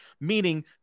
meaning